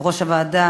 יושב-ראש הוועדה